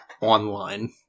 online